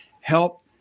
help